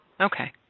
Okay